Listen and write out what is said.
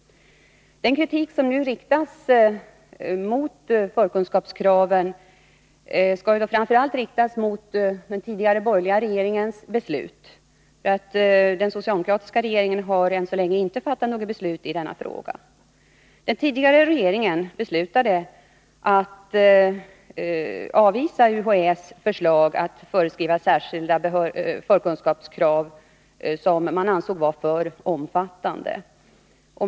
Den kritik som nu framförs mot förkunskapskraven skall framför allt riktas mot den tidigare borgerliga regeringens beslut. Den socialdemokratiska regeringen har än så länge inte fattat något beslut i denna fråga. Den tidigare regeringen beslutade att avvisa UHÄ:s förslag om särskilda förkunskapskrav, som man ansåg var för omfattande.